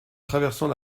traversant